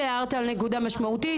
ותודה שהערת על נקודה מאוד מאוד משמעותית,